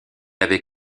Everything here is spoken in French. avait